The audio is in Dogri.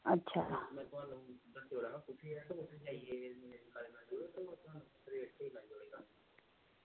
अच्छा